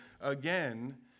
again